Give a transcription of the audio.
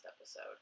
episode